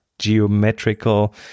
geometrical